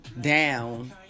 down